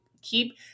keep –